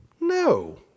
No